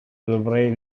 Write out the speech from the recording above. dovrei